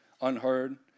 unheard